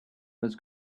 was